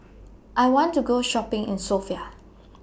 I want to Go Shopping in Sofia